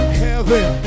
heaven